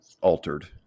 altered